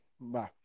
Bye